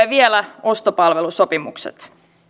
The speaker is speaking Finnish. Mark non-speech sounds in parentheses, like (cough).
(unintelligible) vielä ostopalvelusopimukset